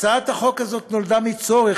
הצעת החוק הזאת נולדה מצורך,